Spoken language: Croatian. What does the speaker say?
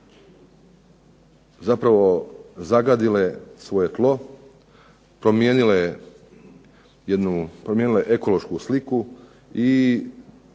zapravo zagadile svoje tlo promijenile ekološku sliku i